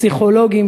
פסיכולוגים,